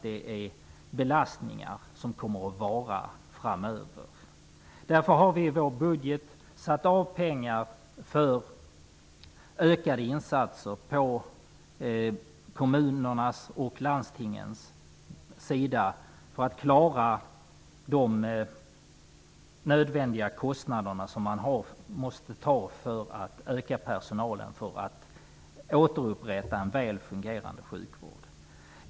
Det är belastningar som kommer att finnas framöver. Därför har vi i vår budget satt av pengar för ökade insatser till kommunerna och landstingen, för att de skall klara de nödvändiga kostnader som de måste ta för att öka personalen och återupprätta en väl fungerande sjukvård.